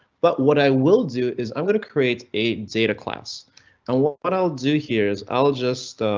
but what i will do is i'm going to create a data class and what but i'll do here is i'll just.